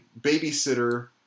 babysitter